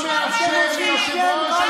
לא מאפשר ליושב-ראש